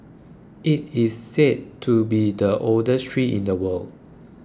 it is said to be the oldest tree in the world